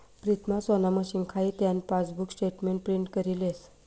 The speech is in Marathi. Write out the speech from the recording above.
प्रीतम सोना मशीन खाई त्यान पासबुक स्टेटमेंट प्रिंट करी लेस